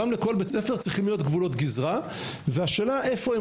גם לכל בית ספר צריכים להיות גבולות גזרה והשאלה איפה הם